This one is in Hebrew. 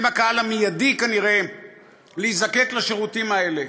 הם הקהל המיידי כנראה להיזקק לשירותים האלה.